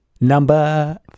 Number